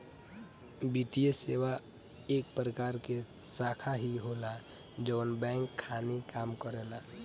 वित्तीये सेवा एक प्रकार के शाखा ही होला जवन बैंक खानी काम करेला